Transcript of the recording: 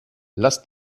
lass